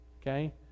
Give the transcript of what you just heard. okay